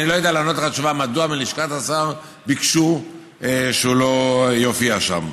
אני לא יודע לענות לך תשובה מדוע מלשכת השר ביקשו שהוא לא יופיע שם.